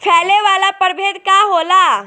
फैले वाला प्रभेद का होला?